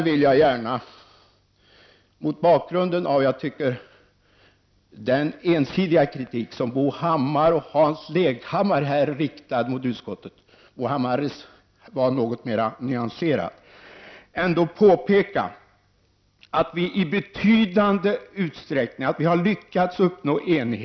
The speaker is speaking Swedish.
Mot bakgrund av den, som jag tycker, ensidiga kritiken från Bo Hammar och Hans Leghammar mot utskottet — Bo Hammar var något mer nyanserad — vill jag påpeka att vi i utskottet har lyckats uppnå enighet i betydande utsträckning.